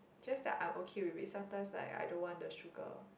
just that I'm okay with it sometimes like I don't want the sugar